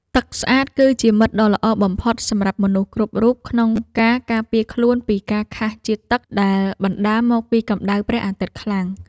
ទឹកស្អាតគឺជាមិត្តដ៏ល្អបំផុតសម្រាប់មនុស្សគ្រប់រូបក្នុងការការពារខ្លួនពីការខះជាតិទឹកដែលបណ្ដាលមកពីកម្តៅព្រះអាទិត្យខ្លាំង។